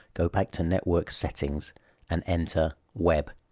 go back to network settings and enter web.